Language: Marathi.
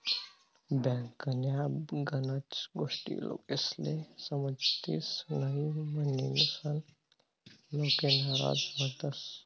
बँकन्या गनच गोष्टी लोकेस्ले समजतीस न्हयी, म्हनीसन लोके नाराज व्हतंस